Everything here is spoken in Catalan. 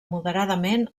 moderadament